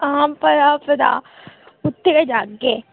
हां पता पता उत्थै गै जागे